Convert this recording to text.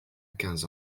quinze